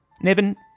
Nevin